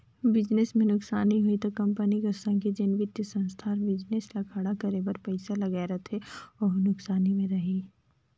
business में नुकसानी होही ता कंपनी कर संघे जेन बित्तीय संस्था हर बिजनेस ल खड़ा करे बर पइसा लगाए रहथे वहूं नुकसानी में रइही